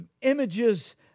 images